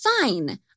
Fine